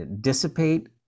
dissipate